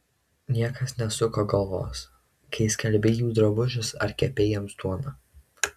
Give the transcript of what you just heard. niekas nesuko galvos kai skalbei jų drabužius ar kepei jiems duoną